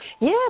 Yes